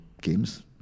games